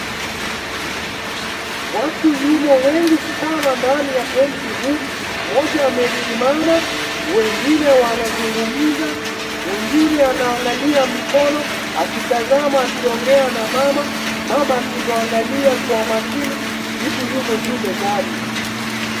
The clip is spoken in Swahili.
Watu yumo wengi sana ndani ya tent huu. Mmoja amesimama wengine wanazungumza, mwengine ananagalia mikono akitazama akiongea na mama, mama akimwangalia kwa makini. Vitu yumo juu mezani.